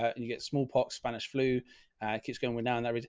and you get smallpox, spanish, flu, ah, it keeps going down and i mean